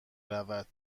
رود